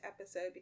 episode